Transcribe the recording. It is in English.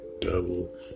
devil